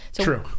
True